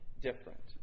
different